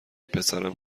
پسرم